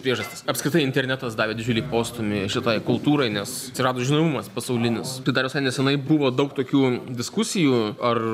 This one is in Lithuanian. priežastis apskritai internetas davė didžiulį postūmį šitai kultūrai nes atsirado žinomumas pasaulinis tai dar visai nesenai buvo daug tokių diskusijų ar